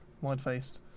Wide-faced